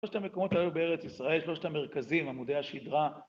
שלושת המקומות היו בארץ ישראל, שלושת המרכזים, עמודי השדרה